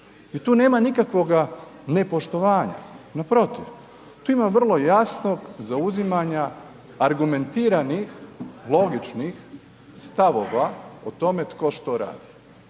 I tu nema nikakvoga nepoštovanja. Na protiv, tu ima vrlo jasnog zauzimanja argumentiranih, logičnih stavova o tome tko šta radi.